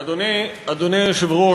אדוני היושב-ראש,